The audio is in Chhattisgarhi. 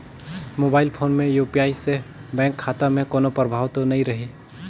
मोबाइल फोन मे यू.पी.आई से बैंक खाता मे कोनो प्रभाव तो नइ रही?